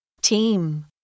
team